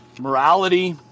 morality